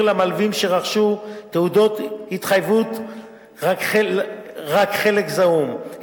למלווים שרכשו תעודות התחייבות רק חלק זעום,